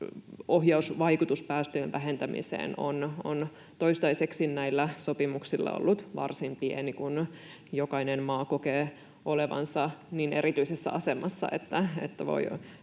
Ohjausvaikutus päästöjen vähentämiseen on toistaiseksi näillä sopimuksilla ollut varsin pieni, kun jokainen maa kokee olevansa niin erityisessä asemassa, että